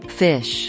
fish